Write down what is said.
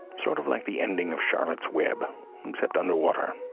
sort of like the ending of charlotte's web except on the water.